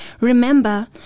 Remember